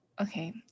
Okay